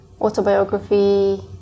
autobiography